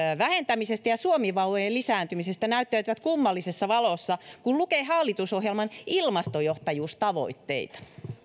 vähentämisestä ja suomivauvojen lisääntymisestä näyttäytyvät kummallisessa valossa kun lukee hallitusohjelman ilmastojohtajuustavoitteita